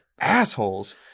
assholes